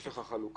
האם יש לך חלוקה